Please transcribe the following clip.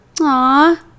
Aw